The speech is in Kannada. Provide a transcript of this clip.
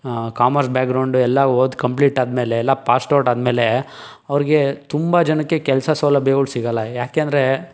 ಕಾಮರ್ಸ್ ಬ್ಯಾಗ್ರೌಂಡ್ ಎಲ್ಲ ಓದಿ ಕಂಪ್ಲೀಟ್ ಆದ್ಮೇಲೆ ಎಲ್ಲ ಪಾಸ್ಡ್ ಔಟ್ ಆದ್ಮೇಲೆ ಅವರಿಗೆ ತುಂಬ ಜನಕ್ಕೆ ಕೆಲಸ ಸೌಲಭ್ಯಗಳು ಸಿಗೋಲ್ಲ ಯಾಕೆಂದ್ರೆ